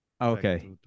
Okay